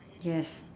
yes